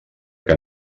que